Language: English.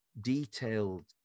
detailed